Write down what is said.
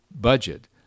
budget